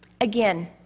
Again